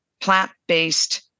plant-based